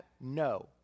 no